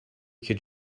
could